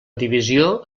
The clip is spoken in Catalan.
divisió